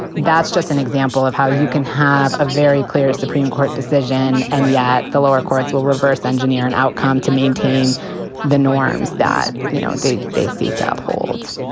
that's just an example of how you can have a very clear supreme court decision. and yet the lower courts will reverse engineer an outcome to maintain the norms that you know they they seek to uphold